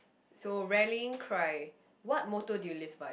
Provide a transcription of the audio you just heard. so rallying cry what motto do you live by